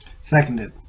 seconded